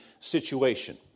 situation